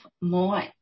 more